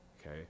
okay